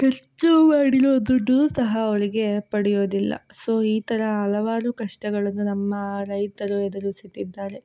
ಖರ್ಚು ಮಾಡಿರೋ ದುಡ್ಡು ಸಹ ಅವರಿಗೆ ಪಡೆಯೋದಿಲ್ಲ ಸೊ ಈ ಥರ ಹಲವಾರು ಕಷ್ಟಗಳನ್ನು ನಮ್ಮ ರೈತರು ಎದುರಿಸುತ್ತಿದ್ದಾರೆ